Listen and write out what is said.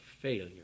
failure